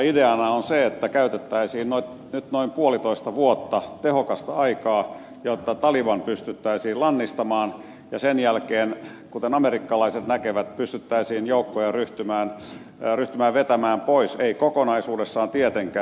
ideana on se että käytettäisiin nyt noin puolitoista vuotta tehokasta aikaa jotta taliban pystyttäisiin lannistamaan ja sen jälkeen kuten amerikkalaiset näkevät pystyttäisiin joukkoja ryhtymään vetämään pois ei kokonaisuudessaan tietenkään